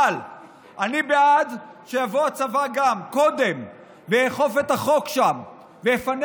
אבל אני בעד שגם יבוא הצבא קודם ויאכוף את החוק שם ויפנה